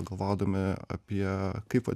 galvodami apie kaip vat